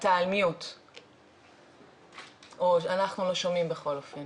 אתה על MUTE. אנחנו לא שומעים בכל אופן.